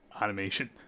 animation